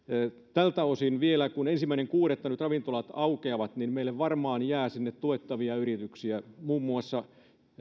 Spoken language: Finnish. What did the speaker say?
tältä osin vielä kun ensimmäinen kuudetta nyt ravintolat aukeavat meille varmaan jää sinne tuettavia yrityksiä muun muassa